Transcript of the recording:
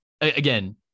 again